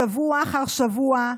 שבוע אחר שבוע,